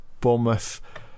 Bournemouth